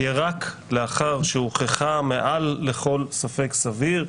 תהיה רק לאחר שהוכחה מעל לכל ספק סביר.